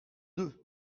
deux